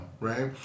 right